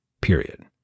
period